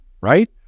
right